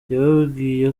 yababwiye